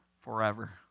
forever